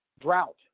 Drought